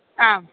ആ